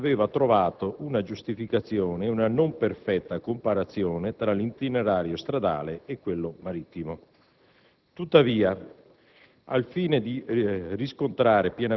L'esclusione delle rotte tra la Sardegna ed il resto d'Italia aveva trovato una giustificazione e una non perfetta comparazione tra l'itinerario stradale e quello marittimo.